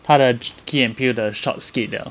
他的 key and peele 的 short skit liao